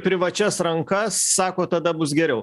privačias rankas sakot tada bus geriau